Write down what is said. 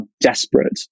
desperate